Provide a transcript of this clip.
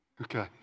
Okay